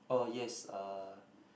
oh yes uh